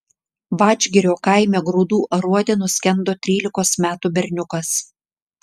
vadžgirio kaime grūdų aruode nuskendo trylikos metų berniukas